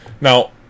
Now